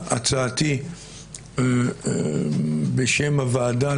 הצעתי בשם הוועדה,